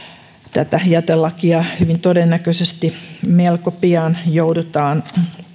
tätä jätelakia hyvin todennäköisesti melko pian joudutaan